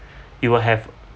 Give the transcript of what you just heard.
you will have